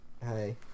hey